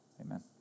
Amen